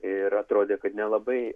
ir atrodė kad nelabai